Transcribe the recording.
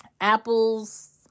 apples